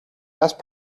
best